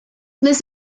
this